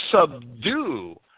subdue